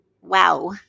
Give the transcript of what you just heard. Wow